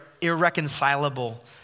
irreconcilable